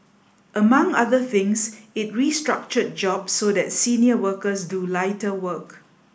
among other things it restructured jobs so that senior workers do lighter work